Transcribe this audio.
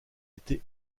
été